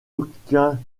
aucun